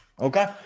Okay